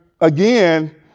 again